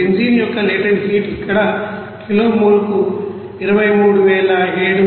benzene యొక్క latent heat ఇక్కడ kilo మోల్కు 23773